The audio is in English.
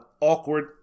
awkward